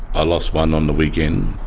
i lost one on the weekend.